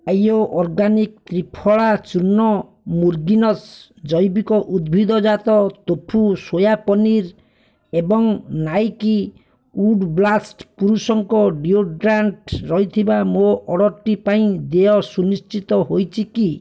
ଆୟୋ organic Triphala ଚୂର୍ଣ୍ଣ ମୁରଗୀନ୍ସ୍ ଜୈବିକ ଉଦ୍ଭିଦଜାତ ତୋଫୁ ସୋୟା ପନିର୍ ଏବଂ ନାଇକି ଉଡ଼୍ ବ୍ଲାଷ୍ଟ୍ ପୁରୁଷଙ୍କ ଡିଓଡରାଣ୍ଟ୍ ରହିଥିବା ମୋ ଅର୍ଡ଼ର୍ଟି ପାଇଁ ଦେୟ ସୁନିଶ୍ଚିତ ହୋଇଛି କି